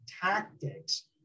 tactics